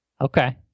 Okay